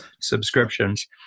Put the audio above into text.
subscriptions